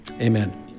amen